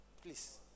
Please